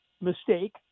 mistake